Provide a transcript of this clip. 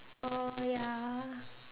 oh ya